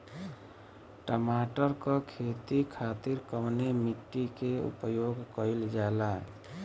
टमाटर क खेती खातिर कवने मिट्टी के उपयोग कइलजाला?